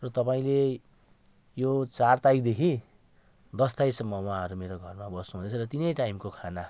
र तपाईँले यो चार तारिकदेखि दस तारिकसम्म उहाँहरू मेरो घरमा बस्नु हुनेछ र तिनै टाइमको खाना